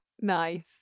Nice